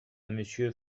monsieur